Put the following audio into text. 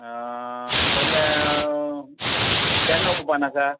कसले केन्ना ओपन आसा